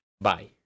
Bye